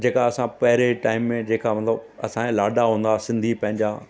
जेका असां पहिरें जे टाइम में मतिलबु असांजे लाॾा हूंदा हुआ सिंधी पंहिंजा